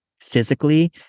physically